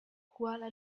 kuala